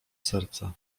serca